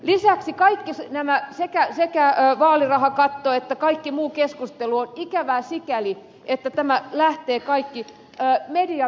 lisäksi kaikki tämä sekä vaalirahakatosta että kaikesta muusta keskustelu on ikävää sikäli että tämä kaikki lähtee mediavetoisesti